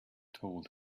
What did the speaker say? told